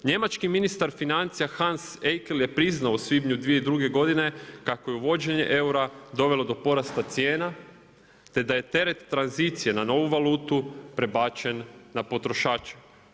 Njemački ministar financija Hans Eikel je priznao u svibnju 2002.godine, kako je uvođenje eura dovelo do porasta cijena, te da je teret tranzicije na novu valutu prebačen na potrošače.